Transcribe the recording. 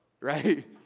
right